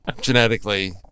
genetically